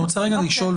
אני רוצה לשאול,